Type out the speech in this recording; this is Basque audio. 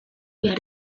behar